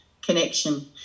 connection